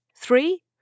three